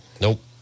nope